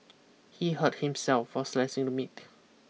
he hurt himself while slicing the meat